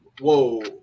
whoa